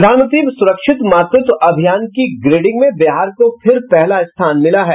प्रधानमंत्री सुरक्षित मातृत्व अभियान की ग्रेडिंग में बिहार को फिर पहला स्थान मिला है